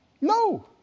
No